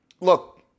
look